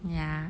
ya